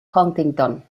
huntington